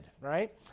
right